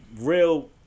real